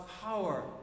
power